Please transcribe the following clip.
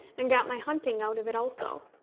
and got my hunting out of it also.